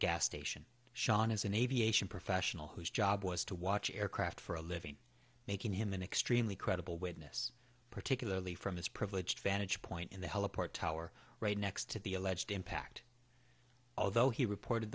gas station sean is an aviation professional whose job was to watch aircraft for a living making him an extremely credible witness particularly from his privileged vantage point in the hell apart tower right next to the alleged impact although he reported